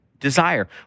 Desire